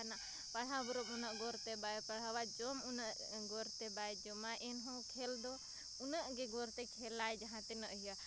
ᱡᱟᱦᱟᱱᱟᱜ ᱯᱟᱲᱦᱟᱣ ᱵᱚᱨᱚᱝ ᱩᱱᱟᱹᱜ ᱜᱚᱨᱛᱮ ᱵᱟᱭ ᱯᱟᱲᱦᱟᱣᱟ ᱡᱚᱢ ᱩᱱᱟᱹᱜ ᱜᱚᱨᱛᱮ ᱵᱟᱭ ᱡᱚᱢᱟ ᱮᱱᱦᱚᱸ ᱠᱷᱮᱞᱫᱚ ᱩᱱᱟᱹᱜ ᱜᱮ ᱜᱚᱨᱛᱮ ᱠᱷᱮᱞᱟᱭ ᱡᱟᱦᱟᱸ ᱛᱤᱱᱟᱹᱜ ᱤᱭᱟᱹ